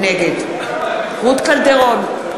נגד רות קלדרון,